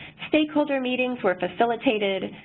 stakeholder meetings were facilitated,